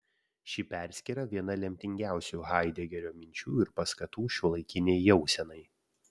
ši perskyra viena lemtingiausių haidegerio minčių ir paskatų šiuolaikinei jausenai